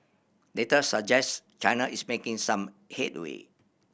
data suggest China is making some headway